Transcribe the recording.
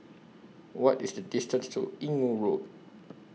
What IS The distance to Inggu Road